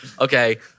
Okay